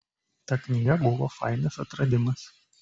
ta knyga buvo fainas atradimas